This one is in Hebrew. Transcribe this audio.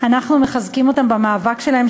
אנחנו מחזקים אתכם במאבק שלכם,